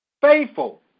Faithful